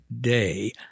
day